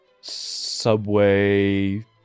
Subway